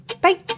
Bye